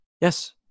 Yes